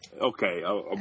Okay